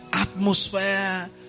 atmosphere